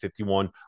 51